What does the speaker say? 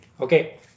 Okay